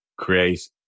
create